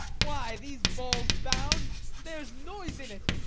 why, these balls bound there's noise in it.